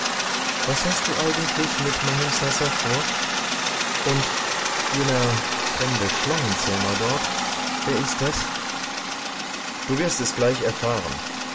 was hast du eigentlich mit mahimsasa vor und jener fremde schlangenzähmer dort wer ist das du wirst es gleich erfahren